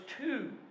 two